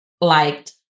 liked